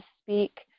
speak